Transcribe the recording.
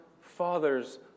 father's